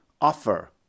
offer